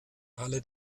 alle